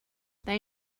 they